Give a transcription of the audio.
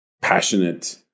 passionate